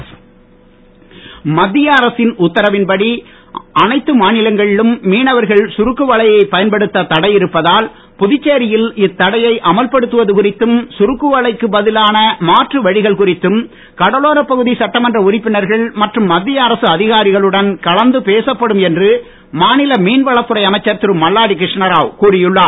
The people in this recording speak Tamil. சுருக்கு வலை மத்திய அரசின் உத்தரவின்படி அனைத்து மாநிலங்களிலும் மீனவர்கள் சுருக்குவலை பயன்படுத்த தடை இருப்பதால் புதுச்சேரியில் இத்தடையை அமல்படுத்துவது குறித்தும் சுருக்குவலைக்கு பதிலான மாற்று வழிகள் குறித்தும் கடலோரப் பகுதி சட்டமன்ற உறுப்பினர்கள் மற்றும் மத்திய அரசு அதிகாரிகளுடன் கலந்து பேசப்படும் என்று மாநில மீன்வளத்துறை அமைச்சர் திரு மல்லாடிகிருஷ்ணராவ் கூறி உள்ளார்